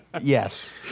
Yes